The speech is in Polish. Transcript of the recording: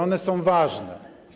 One są ważne.